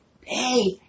hey